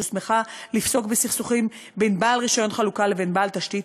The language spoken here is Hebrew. שהוסמכה לפסוק בסכסוכים בין בעל רישיון חלוקה לבין בעל תשתית,